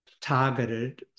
targeted